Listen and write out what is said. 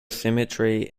symmetry